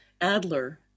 Adler